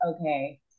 okay